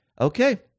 Okay